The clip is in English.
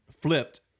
flipped